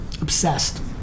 Obsessed